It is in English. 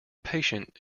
patient